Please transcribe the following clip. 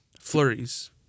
flurries